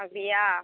அப்படியா